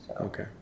Okay